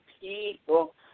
people